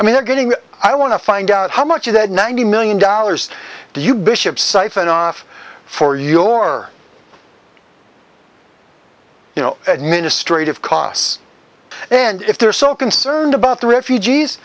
i mean they're getting i want to find out how much of that ninety million dollars do you bishop siphoned off for your you know administrative costs and if they're so concerned about the refugees